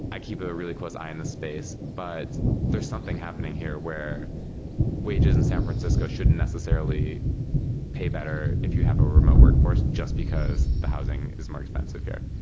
i keep a really close eye in this space, but there's something happening here where wages in san francisco should necessarily pay better if you have a remote workforce just because the housing is more expensive here.